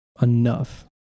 enough